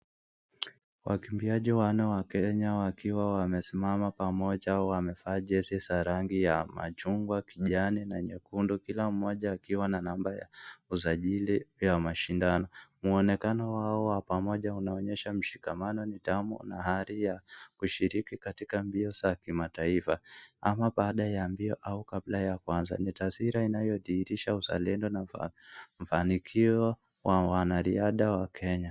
Wakimbiaji wanne wa Kenya wakiwa wamesimama pamoja wamevaa jezi za rangi ya machungwa kijani na nyekundu kila mmoja akiwa na namba ya usajili wa mashindano uonekano wao wa pamoja unaonyesha mshikamano nidhamu na hari ya kushiriki katika mbio za kimataifa ama baada ya mbio au kabla ya kuanza ni taswira inayotihirisha uzalendo na ufanikiwa wa wanariadha wa kenya.